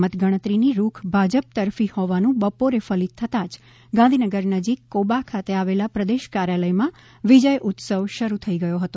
મતગણતરી ની રૂખ ભાજપ તરફી હોવાનું બપોરે ફલિત થતાં જ ગાંધીનગર નજીક કોબા ખાતે આવેલા પ્રદેશ કાર્યાલય માં વિજય ઉત્સવ શરૂ થઈ ગયો હતો